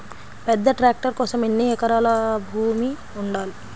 పెద్ద ట్రాక్టర్ కోసం ఎన్ని ఎకరాల భూమి ఉండాలి?